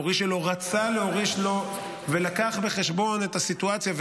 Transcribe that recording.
המוריש שלו רצה להוריש לו והביא בחשבון את הסיטואציה.